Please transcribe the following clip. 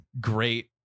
great